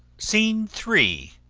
scene three.